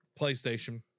PlayStation